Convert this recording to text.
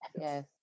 Yes